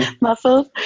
muscles